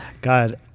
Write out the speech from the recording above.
God